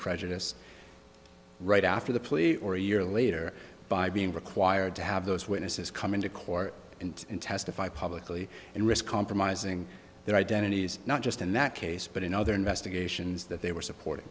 prejudiced right after the plea or a year later by being required to have those witnesses come into court and testify publicly and risk compromising their identities not just in that case but in other investigations that they were supporting